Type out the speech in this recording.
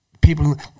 People